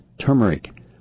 turmeric